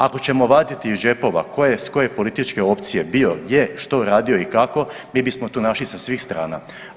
Ako ćemo vaditi iz džepova tko je s koje političke opcije bio gdje, što radio i kako mi bismo tu našli sa svim strana.